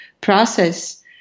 process